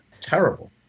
Terrible